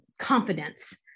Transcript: confidence